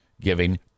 giving